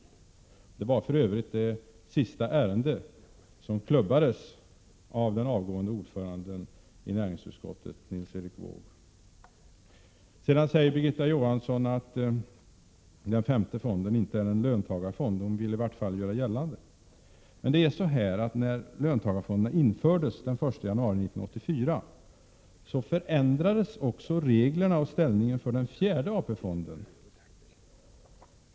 Det var för Övrigt det sista ärendet som klubbades av den avgående ordföranden i näringsutskottet, Nils Erik Wååg. Birgitta Johansson vill göra gällande att den femte fonden inte är en löntagarfond. Men när löntagarfonderna infördes, den 1 januari 1984, förändrades också reglerna och ställningen för den fjärde AP-fonden.